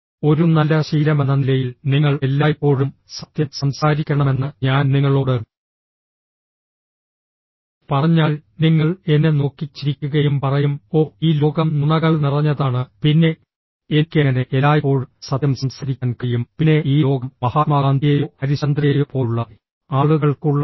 ഒരു നല്ല ശീലമെന്ന നിലയിൽ നിങ്ങൾ എല്ലായ്പ്പോഴും സത്യം സംസാരിക്കണമെന്ന് ഞാൻ നിങ്ങളോട് പറഞ്ഞാൽ നിങ്ങൾ എന്നെ നോക്കി ചിരിക്കുകയും പറയും ഓ ഈ ലോകം നുണകൾ നിറഞ്ഞതാണ് പിന്നെ എനിക്ക് എങ്ങനെ എല്ലായ്പ്പോഴും സത്യം സംസാരിക്കാൻ കഴിയും പിന്നെ ഈ ലോകം മഹാത്മാഗാന്ധിയെയോ ഹരിശ്ചന്ദ്രയെയോ പോലുള്ള ആളുകൾക്കുള്ളതല്ല